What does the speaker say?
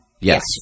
Yes